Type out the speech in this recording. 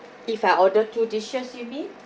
if I order two dishes you mean